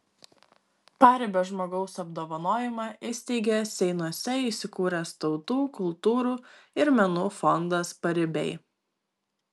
paribio žmogaus apdovanojimą įsteigė seinuose įsikūręs tautų kultūrų ir menų fondas paribiai